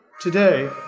today